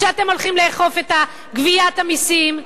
כשאתם הולכים לאכוף את גביית המסים.